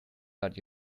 but